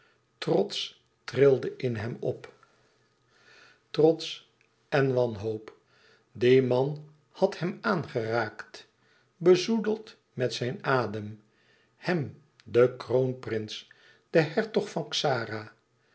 trots trilde in hem op trots en wanhoop die man had hem aangeraakt bezoedeld met zijn adem hem den kroonprins den hertog van xara